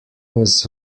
was